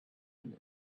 and